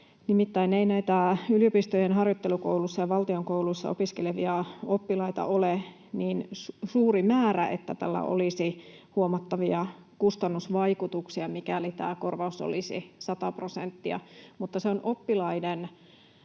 Nimittäin ei näitä yliopistojen harjoittelukouluissa ja valtion kouluissa opiskelevia oppilaita ole niin suuri määrä, että tällä olisi huomattavia kustannusvaikutuksia, mikäli tämä korvaus olisi 100 prosenttia, mutta se on oppilaiden